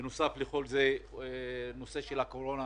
בנוסף לכך יש את כל ההשפעה מווירוס הקורונה